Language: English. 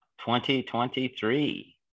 2023